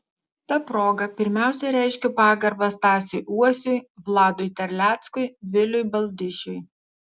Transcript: ta proga pirmiausia reiškiu pagarbą stasiui uosiui vladui terleckui viliui baldišiui